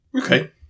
Okay